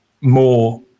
more